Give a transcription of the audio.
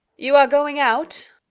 you are going out?